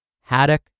haddock